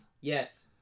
Yes